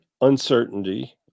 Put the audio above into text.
uncertainty